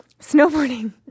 Snowboarding